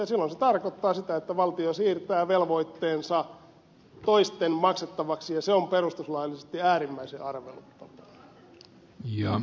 silloin se tarkoittaa sitä että valtio siirtää velvoitteensa toisten maksettavaksi ja se on perustuslaillisesti äärimmäisen arveluttavaa